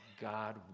God